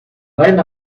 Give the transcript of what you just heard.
line